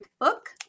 book